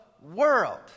world